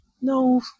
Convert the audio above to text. No